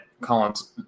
Collins